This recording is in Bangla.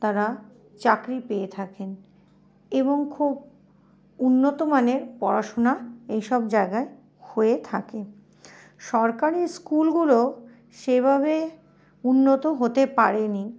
তারা চাকরি পেয়ে থাকেন এবং খুব উন্নতমানের পড়াশুনা এই সব জাগায় হয়ে থাকে সরকারি স্কুলগুলো সেভাবে উন্নত হতে পারেনি